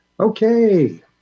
Okay